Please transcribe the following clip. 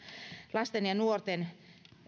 lasten ja nuorten